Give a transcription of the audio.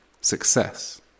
success